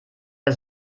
der